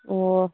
ꯑꯣ